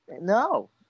no